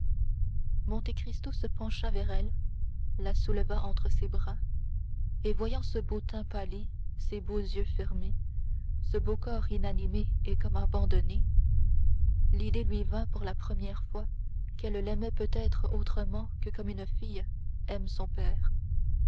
parquet monte cristo se pencha vers elle la souleva entre ses bras et voyant ce beau teint pâli ces beaux yeux fermés ce beau corps inanimé et comme abandonné l'idée lui vint pour la première fois qu'elle l'aimait peut-être autrement que comme une fille aime son père